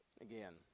again